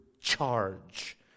charge